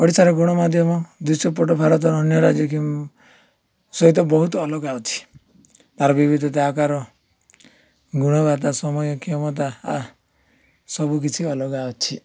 ଓଡ଼ିଶାର ଗଣମାଧ୍ୟମ ଦୃଶ୍ୟପଟ ଭାରତର ଅନ୍ୟ ରାଜ୍ୟ କି ସହିତ ବହୁତ ଅଲଗା ଅଛି ତାର ବିବିଧତା ଆକାର ଗୁଣବତ୍ତା ସମୟ କ୍ଷମତା ସବୁକିଛି ଅଲଗା ଅଛି